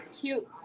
cute